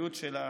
בריאות בכלל,